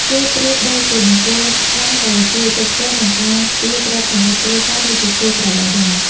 គេប្រៀបដូចជាបង្គោលស្នឹងដែលជួយទប់ទល់ និងការពារទ្រព្យសម្បត្តិគ្រួសារ ដូចជាគោក្របីដែរ។